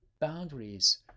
boundaries